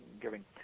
giving